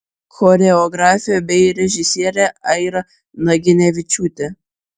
choreografė bei režisierė aira naginevičiūtė